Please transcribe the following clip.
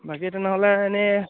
বাকী তেনেহ'লে এনেই